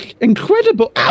incredible